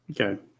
Okay